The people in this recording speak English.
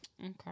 Okay